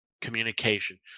communication